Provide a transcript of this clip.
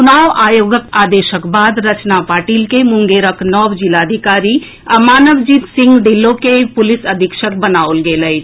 चुनाव आयोगक आदेशक बाद रचना पाटिल के मुंगेरक नव जिलाधिकारी आ मानवजीत सिंह ढ़िल्लो के पुलिस अधीक्षक बनाओल गेल अछि